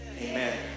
Amen